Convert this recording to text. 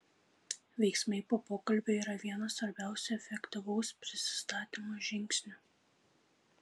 veiksmai po pokalbio yra vienas svarbiausių efektyvaus prisistatymo žingsnių